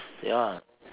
ya